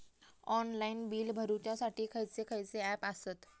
Online bill भरुच्यासाठी खयचे खयचे ऍप आसत?